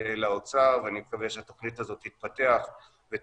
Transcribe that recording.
--- לאוצר ואני מקווה שהתכנית הזאת תתפתח ותהווה